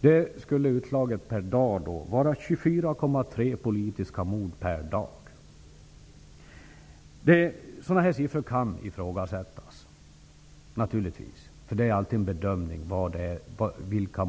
1992. Det skulle utslaget per dag bli 24,3 politiska mord om dagen. Sådana siffror kan naturligtvis ifrågasättas. Vilka mord som är politiska är alltid en bedömningsfråga.